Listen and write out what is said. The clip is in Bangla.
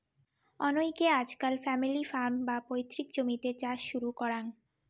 অনেইকে আজকাল ফ্যামিলি ফার্ম, বা পৈতৃক জমিতে চাষ শুরু করাং